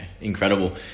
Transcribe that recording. incredible